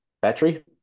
Battery